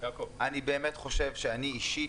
אני אישית,